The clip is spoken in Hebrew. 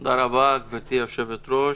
תודה רבה, גברתי היושבת-ראש.